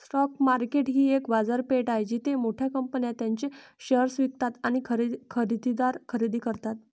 stock market ही एक बाजारपेठ आहे जिथे मोठ्या कंपन्या त्यांचे शेअर्स विकतात आणि खरेदीदार खरेदी करतात